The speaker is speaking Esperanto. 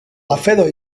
aferoj